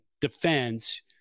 defense